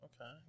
Okay